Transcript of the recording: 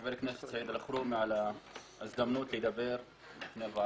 חבר הכנסת סעיד אלחרומי על ההזדמנות לדבר בוועדה.